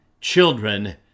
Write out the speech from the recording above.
children